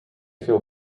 feel